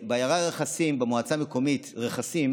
במועצה המקומית רכסים